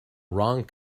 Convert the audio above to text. wrong